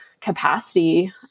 capacity